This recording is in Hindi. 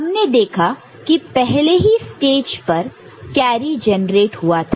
हमने देखा कि पहले ही स्टेज पर कैरी जनरेट हुआ था